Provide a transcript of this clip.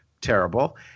terrible